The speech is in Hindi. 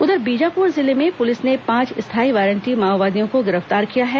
उधर बीजापुर जिले में पुलिस ने पांच स्थायी वारंटी माओवादियों को गिरफ्तार किया है